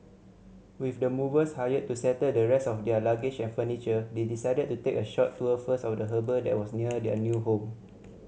with the movers hired to settle the rest of their luggage and furniture they decided to take a short tour first of the harbour that was near their new home